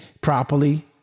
properly